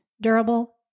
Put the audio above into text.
durable